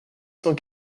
cent